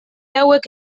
hauek